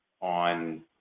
on